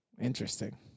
Interesting